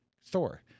store